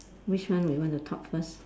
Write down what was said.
which one we want to talk first